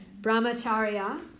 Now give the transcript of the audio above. brahmacharya